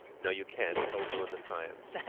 no, you can't, it will ruin the science.